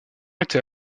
était